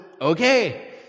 okay